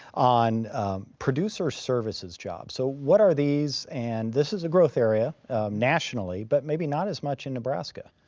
on producer services jobs, so what are these, and this is a growth area nationally, but maybe not as much in nebraska?